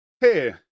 hey